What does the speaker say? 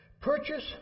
purchase